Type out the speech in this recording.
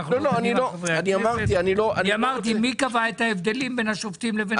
רק שאלתי מי קבע את ההבדלים בין השופטים לחברי הכנסת והשרים.